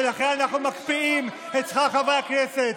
ולכן אנחנו מקפיאים את שכר חברי הכנסת.